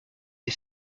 des